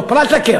לא, פרט לקרן.